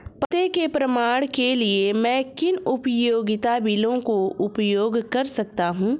पते के प्रमाण के लिए मैं किन उपयोगिता बिलों का उपयोग कर सकता हूँ?